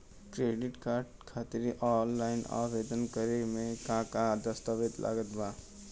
Credit card खातिर offline आवेदन करे म का का दस्तवेज लागत बा?